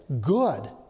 Good